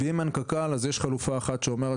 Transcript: אם אין קק"ל אז יש חלופה אחת שאומרת